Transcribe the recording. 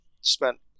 spent